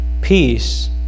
Peace